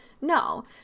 No